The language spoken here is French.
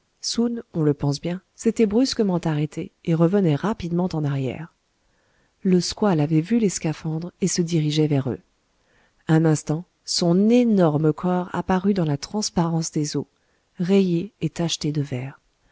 on le pense bien s'était brusquement arrêté et revenait rapidement en arrière le squale avait vu les scaphandres et se dirigeait vers eux un instant son énorme corps apparut dans la transparence des eaux rayé et tacheté de vert